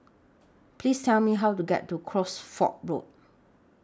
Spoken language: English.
Please Tell Me How to get to Cosford Road